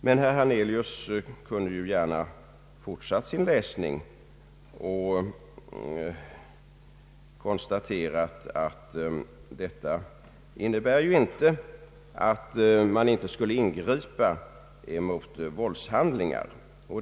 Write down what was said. Men herr Hernelius kunde gärna ha fortsatt sin läsning och konstaterat att detta inte innebär att man inte skall ingripa mot våldshandlingar.